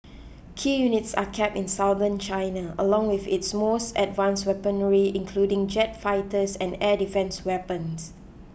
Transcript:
key units are kept in Southern China along with its most advanced weaponry including jet fighters and air defence weapons